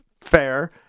fair